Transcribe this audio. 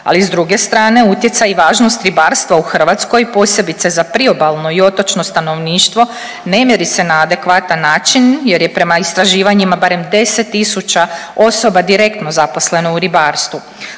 Ali s druge strane utjecaj i važnost ribarstva u Hrvatskoj posebice za priobalno i otočno stanovništvo ne mjeri se na adekvatan način, jer je prema istraživanjima barem 10000 osoba direktno zaposleno u ribarstvu.